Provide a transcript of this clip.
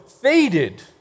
faded